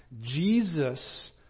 Jesus